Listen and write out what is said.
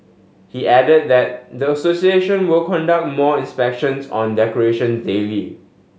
he added that the association will conduct more inspections on decorations daily